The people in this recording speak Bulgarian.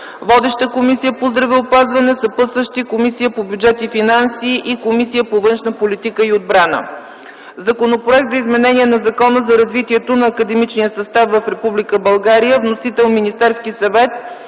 Водеща е Комисията по здравеопазването. Съпътстващи са Комисията по бюджет и финанси и Комисията по външна политика и отбрана. Законопроект за изменение на Закона за развитието на академичния състав в Република България. Вносител е Министерският съвет.